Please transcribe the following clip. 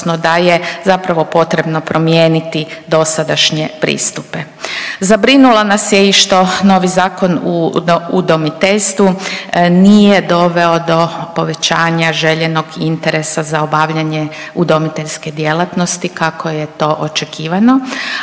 da je zapravo potrebno promijeniti dosadašnje pristupe. Zabrinulo nas je i što novi Zakon o udomiteljstvu nije doveo do povećanja željenog interesa za obavljanje udomiteljske djelatnosti kako je to očekivano,